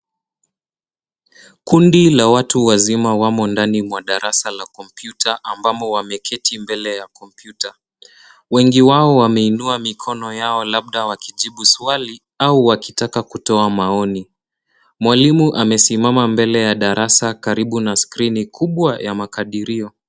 Kundi la watu wazima wamo ndani mwa darasa la kompyuta ambamo wameketi mbele ya kompyuta. Wengi wao wameinua mikono yao labda wakijibu swali au wakitaka kutoa maoni. Mwalimu amesimama mbele ya darasa karibu na skrini kubwa ya makadirio.